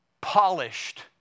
Polished